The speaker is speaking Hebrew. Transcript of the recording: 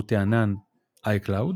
שירות הענן iCloud,